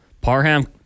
Parham